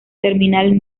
terminal